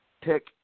pick